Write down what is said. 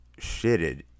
shitted